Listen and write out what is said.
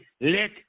let